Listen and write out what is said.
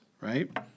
right